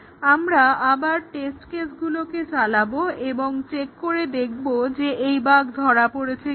আমরা আবার টেস্ট কেসগুলোকে চালাবো এবং চেক করে দেখব যে এই বাগ্ ধরা পড়ছে কিনা